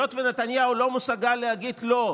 היות שנתניהו לא מסוגל להגיד לא,